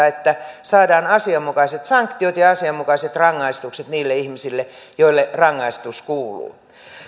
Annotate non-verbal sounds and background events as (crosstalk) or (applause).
(unintelligible) että saadaan asianmukaiset sanktiot ja asianmukaiset rangaistukset niille ihmisille joille rangaistus kuuluu